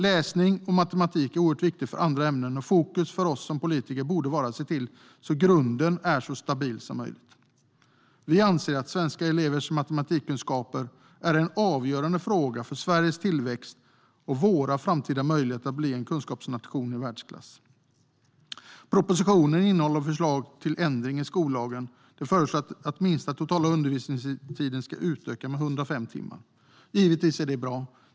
Läsning och matematik är oerhört viktigt för andra ämnen, och fokus för oss som politiker borde vara att se till att grunden är så stabil som möjligt. Vi kristdemokrater anser att svenska elevers matematikkunskaper är en avgörande fråga för Sveriges tillväxt och framtida möjligheter att bli en kunskapsnation i världsklass. Propositionen innehåller förslag till ändring i skollagen. Det föreslås att den minsta totala undervisningstiden ska utökas med 105 timmar. Givetvis är detta bra.